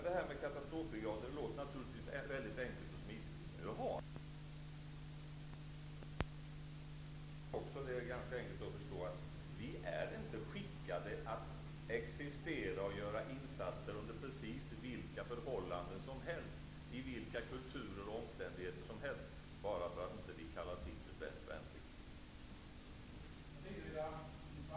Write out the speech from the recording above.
Detta med en katastrofbrigad låter mycket enkelt, men jag tror också att det är ganska enkelt att förstå att vi inte är skickade att göra insatser under precis vilka förhållanden som helst och i vilka kulturer som helst bara därför att en del inte längre kallas in till svensk värnplikt.